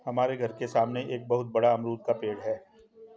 हमारे घर के सामने एक बहुत बड़ा अमरूद का पेड़ है